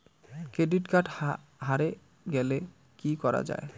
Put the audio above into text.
Credit card হারে গেলে কি করা য়ায়?